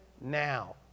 now